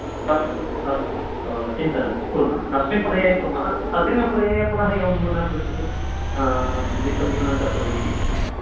अस्तु अस्तु चिन्ता नास्ति कुर्मः अस्मिन् पर्याये कुर्मः अग्रिमपर्याये एवं न पृच्छतु वित्तं न्यूनं कर्तव्यमिति